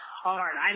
hard